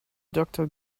doctor